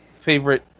favorite